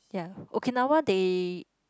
ya Okinawa they